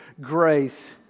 grace